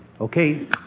Okay